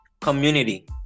community